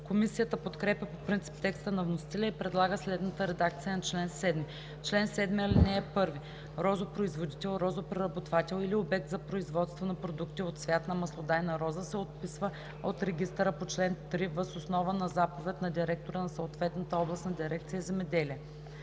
Комисията подкрепя по принцип текста на вносителя и предлага следната редакция на чл. 7: „Чл. 7. (1) Розопроизводител, розопреработвател или обект за производство на продукти от цвят на маслодайна роза се отписва от регистъра по чл. 3 въз основа на заповед на директора на съответната областна дирекция „Земеделие“: